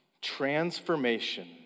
Transformation